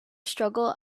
struggle